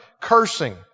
Cursing